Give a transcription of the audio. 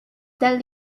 that